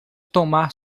tomar